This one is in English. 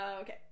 okay